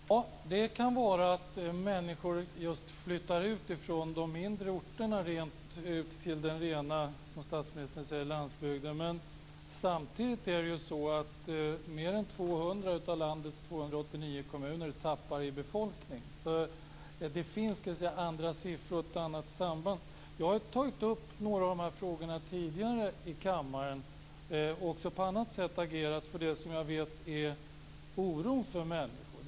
Fru talman! Det kan vara att människor flyttar ut från de mindre orterna till den rena, som statsministern säger, landsbygden. Men samtidigt tappar mer än 200 av landets 289 kommuner i befolkningen. Det finns andra siffror och andra samband. Jag har tagit upp några av de frågorna tidigare i kammaren och också på annat sätt agerat för det jag vet oroar människor.